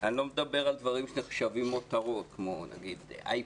אני לא מדבר על דברים שנחשבים מותרות כמו נגיד אייפד.